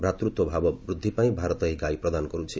ଭ୍ରାତୃତ୍ୱ ଭ୍ରାବ ବୃଦ୍ଧି ପାଇଁ ଭାରତ ଏହି ଗାଈ ପ୍ରଦାନ କରୁଛି